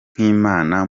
nk’imana